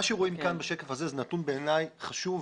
מה שרואים כאן בשקף הזה, זה בעיני נתון חשוב.